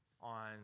on